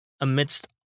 amidst